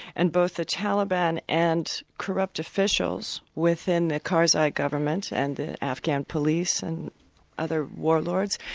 and both the taliban and corrupt officials within the karzai government and the afghan police and other warlords,